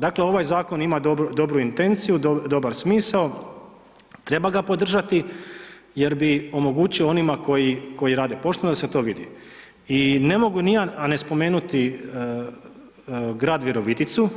Dakle, ovaj zakon ima dobru intenciju, dobar smisao, treba ga podržati jer bi omogućio onima koji rade pošteno da se to vidi i ne mogu ni ja a ne spomenuti grad Viroviticu,